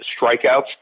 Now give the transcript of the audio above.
strikeouts